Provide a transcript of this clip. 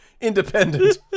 independent